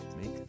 make